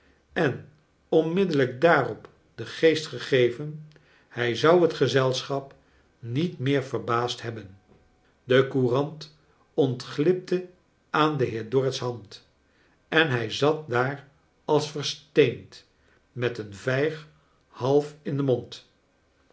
en onmiddellijk daarop den geest gegeven hij zou het gezelschap niet meer verbaasd hebben de c ourant ontglipte aan den heer dorrit's hand en hij zat daar als versteend met een vijg half in den mond